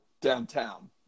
downtown